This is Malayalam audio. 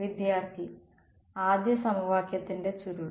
വിദ്യാർത്ഥി ആദ്യ സമവാക്യത്തിന്റെ ചുരുൾ